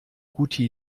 gute